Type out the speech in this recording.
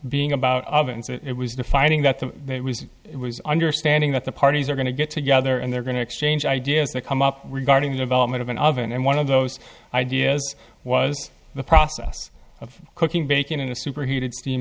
being about ubuntu it was the finding that the it was it was understanding that the parties are going to get together and they're going to exchange ideas that come up regarding the development of an oven and one of those ideas was the process of cooking baking in a super heated